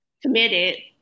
committed